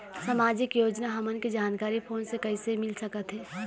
सामाजिक योजना हमन के जानकारी फोन से कइसे मिल सकत हे?